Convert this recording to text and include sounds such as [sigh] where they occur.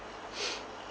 [noise]